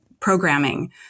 programming